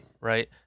Right